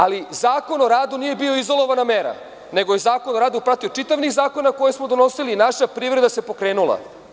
Ali, Zakon o radu nije bio izolovana mera, nego je Zakon o radu pratio čitav niz zakona koje smo donosili i naša privreda se pokrenula.